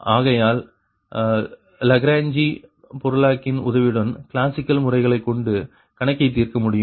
ஆகையால் லாக்ராங்கே பெருக்கிகளின் உதவியுடன் கிளாசிக்கல் முறைகளைக்கொண்டு கணக்கை தீர்க்க முடியும்